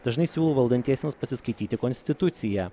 dažnai siūlau valdantiesiems pasiskaityti konstituciją